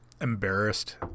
embarrassed